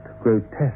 grotesque